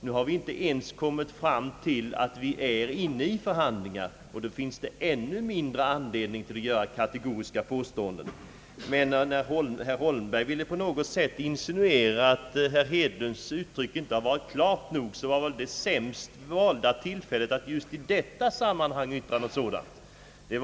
Nu har vi inte ens kommit fram till förhandlingar, och då finns det ännu mindre anledning att göra kategoriska påståenden. Men när herr Holmberg på något sätt ville insinuera, att herr Hedlunds ut tryck inte har varit klart nog, så var väl det sämst valda tillfället att just i detta sammanhang yttra något sådant.